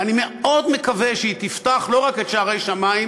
ואני מאוד מקווה שהיא תפתח לא רק את שערי שמים,